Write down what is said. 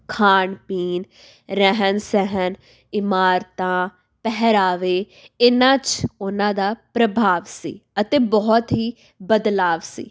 ਖਾਣ ਪੀਣ ਰਹਿਣ ਸਹਿਣ ਇਮਾਰਤਾਂ ਪਹਿਰਾਵੇ ਇਹਨਾਂ 'ਚ ਉਹਨਾਂ ਦਾ ਪ੍ਰਭਾਵ ਸੀ ਅਤੇ ਬਹੁਤ ਹੀ ਬਦਲਾਵ ਸੀ